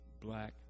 black